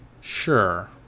sure